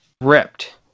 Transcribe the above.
ripped